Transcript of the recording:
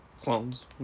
Clones